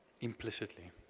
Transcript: implicitly